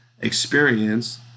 experience